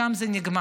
שם זה נגמר.